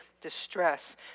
Distress